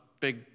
big